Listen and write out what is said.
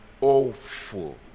awful